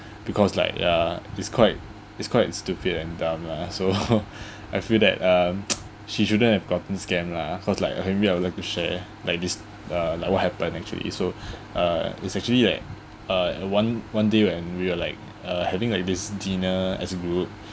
because like uh it's quite it's quite stupid and dumb lah so I feel that um she shouldn't have gotten scam lah cause like maybe I would like to share like this uh like what happened actually so uh it's actually like a one one day when we're like uh having like this dinner as a group